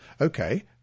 okay